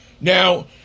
now